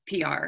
PR